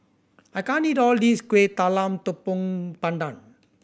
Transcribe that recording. I can't eat all of this Kuih Talam Tepong Pandan